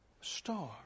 Star